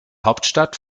hauptstadt